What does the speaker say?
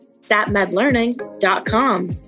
statmedlearning.com